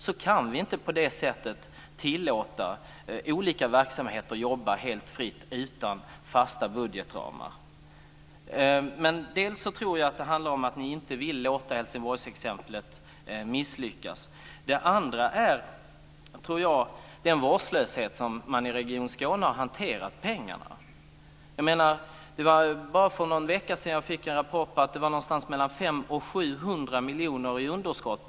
Vi kan inte tillåta olika verksamheter att jobba helt fritt utan fasta budgetramar. Jag tror att det handlar om att ni inte vill låta Helsingborgsexemplet misslyckas. Dessutom har man hanterat pengarna i Region Skåne med vårdslöshet. Bara för någon vecka sedan fick jag en rapport om att man går mot ett underskott på 500-700 miljoner vid årets slut.